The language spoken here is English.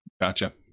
Gotcha